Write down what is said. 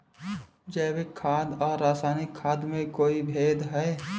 जैविक खाद और रासायनिक खाद में कोई भेद है?